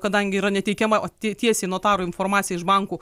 kadangi yra neteikiama o tiesiai notarui informacija iš bankų